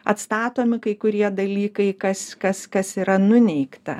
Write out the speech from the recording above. atstatomi kai kurie dalykai kas kas kas yra nuneigta